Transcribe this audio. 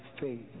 faith